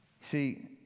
See